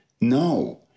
No